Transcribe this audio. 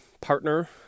partner